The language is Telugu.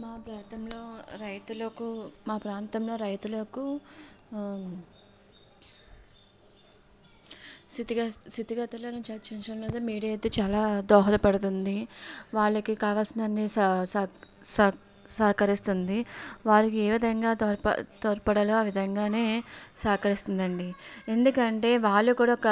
మా ప్రాంతంలో రైతులకు మా ప్రాంతంలో రైతులకు స్థితిగతి స్థితిగతులను చర్చించేందుకు మీడియా అయితే చాలా దోహదపడుతుంది వాళ్ళకి కావాల్సినన్ని స సక్ సహకరిస్తుంది వాళ్ళకి ఏ విధంగా తోడ్పడాలో ఆ విధంగానే సహకరిస్తుందండి ఎందుకంటే వాళ్ళు కూడా ఒక